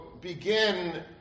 begin